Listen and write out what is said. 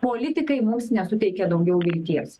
politikai mums nesuteikė daugiau vilties